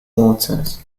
waters